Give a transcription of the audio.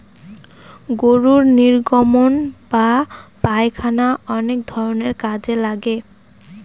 গরুর নির্গমন বা পায়খানা অনেক ধরনের কাজে লাগে